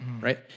right